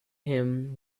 him